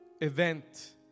event